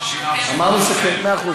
אמרנו שכן, מאה אחוז.